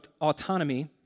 autonomy